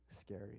scary